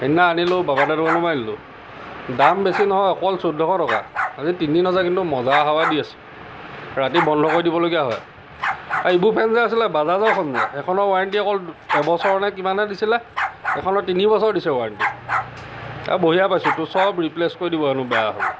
সেইদিনা আনিলো বাবা দাৰ দোকানৰ পৰা আনিলো দাম বেছি নহয় অকল চৌধশ টকা আজি তিনিদিন হৈছে কিন্তু মজা হাৱা দি আছে ৰাতি বন্ধ কৰি দিবলগীয়া হয় আৰু ইবোৰ ফেন যে আছিলে বাজাজৰখন যে সেইখনৰ ৱাৰেণ্টী অকল এবছৰনে কিমানহে দিছিলে এইখনৰ তিনিবছৰ দিছে ৱাৰেণ্টী এ বঢ়িয়া পাইছোঁ তোৰ সব ৰিপ্লেছ কৰি দিব হেনো বেয়া হ'লে